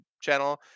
channel